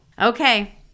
okay